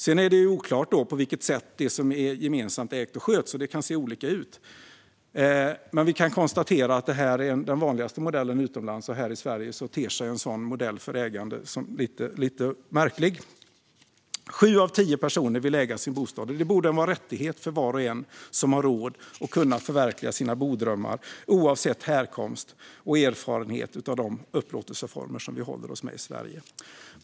Sedan är det oklart på vilket sätt det som är gemensamt ägt sköts. Det kan se olika ut. Vi kan konstatera att detta är den vanligaste modellen utomlands. Här i Sverige ter sig en sådan modell för ägande som lite märklig. Sju av tio personer vill äga sin bostad, och det borde vara en rättighet för var och en som har råd att kunna förverkliga sina bodrömmar oavsett härkomst och erfarenhet av de upplåtelseformer som vi har i Sverige. Fru talman!